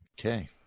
Okay